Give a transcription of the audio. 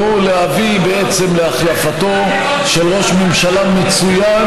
והוא להביא בעצם להחלפתו של ראש ממשלה מצוין,